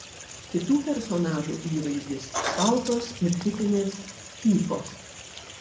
kitų personažų įvaizdis šaltos ir tipinės fyfos